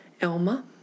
Elma